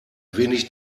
wenig